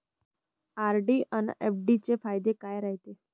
RD अन FD चे फायदे काय रायते?